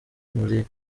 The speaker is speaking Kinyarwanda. muri